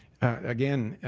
again,